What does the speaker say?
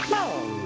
oh,